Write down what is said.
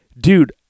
dude